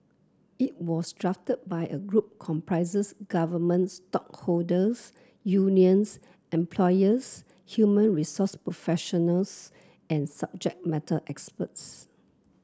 it was drafted by a group government stakeholders unions employers human resource professionals and subject matter experts